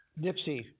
Dipsy